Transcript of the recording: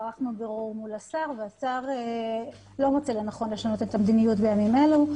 ערכנו בירור מול השר והשר לא מוצא לנכון לשנות את המדיניות בימים אלה.